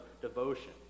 devotion